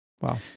Wow